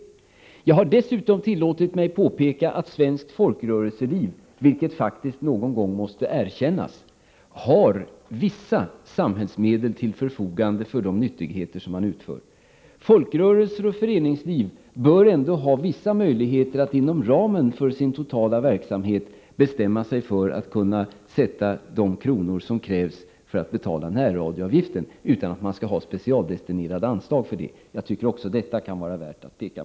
Jag har dessutom tillåtit mig påpeka att svenskt folkrörelseliv, vilket faktiskt någon gång måste erkännas, har vissa samhällsmedel till förfogande för de nyttigheter som man utför. Folkrörelser och föreningsliv bör ändå ha vissa möjligheter att inom ramen för sin totala verksamhet kunna bestämma sig för att avsätta de kronor som krävs för att betala närradioavgiften utan att man skall ha specialdestinerade anslag för detta ändamål. Jag tycker att också detta kan vara värt att påpeka.